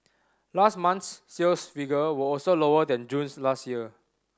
last month's sales figure were also lower than June's last year